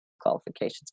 qualifications